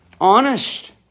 Honest